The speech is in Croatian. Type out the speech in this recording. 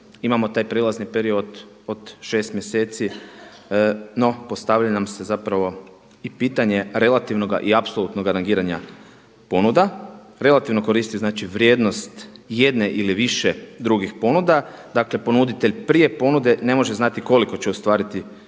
Imamo taj prijelazni period od šest mjeseci no postavljaju nam se pitanje relativnoga i apsolutnoga negiranja ponuda. Relativno koristi vrijednost jedne ili više drugih ponuda, dakle ponuditelj prije ponude ne može znati koliko će ostvariti bodova,